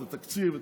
את התקציב,